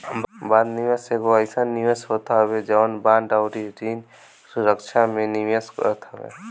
बंध निवेश एगो अइसन निवेश होत हवे जवन बांड अउरी ऋण सुरक्षा में निवेश करत हवे